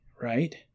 right